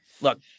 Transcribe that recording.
look